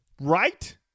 right